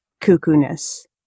cuckoo-ness